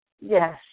Yes